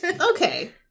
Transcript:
Okay